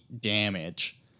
damage